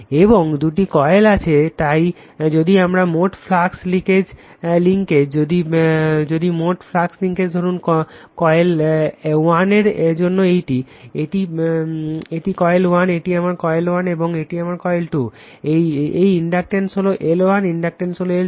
এবং দুটি কয়েল আছে তাই যদি আমার মোট ফ্লাক্স লিঙ্কেজ যদি মোট ফ্লাক্স লিঙ্কেজ ধরুন কয়েল 1 এর জন্য এইটি এটি কয়েল 1 এটি আমার কয়েল 1 এবং এটি আমার কয়েল 2 এই ইন্ডাকটেন্স হলো L 1 ইন্ডাকটেন্স হল L 2